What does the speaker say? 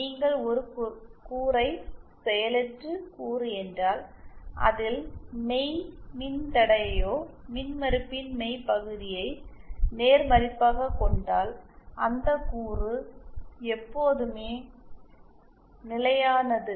நீங்கள் ஒரு கூறை செயலற்று கூறு என்றால் அதில் மெய் மின்தடை மின்மறுப்பின் மெய்பகுதியை நேர்மதிப்பாக கொண்டால் அந்த கூறு எப்போதுமே நிலையானது